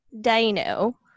dino